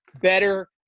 better